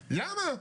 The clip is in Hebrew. למה?